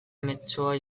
mezzoa